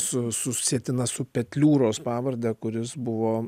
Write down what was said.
su susietina su petliūros pavarde kuris buvo